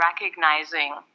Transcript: recognizing